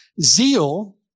Zeal